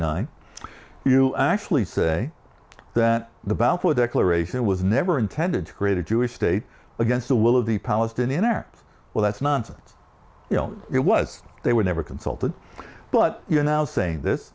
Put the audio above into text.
nine you actually say that the balfour declaration was never intended to create a jewish state against the will of the palestinian act well that's nonsense you know it was they were never consulted but you are now saying this